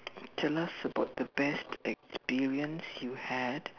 tell us about the best experience you had